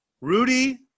Rudy